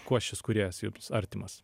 kuo šis kūrėjas jums artimas